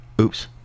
Oops